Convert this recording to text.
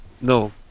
No